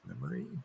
memory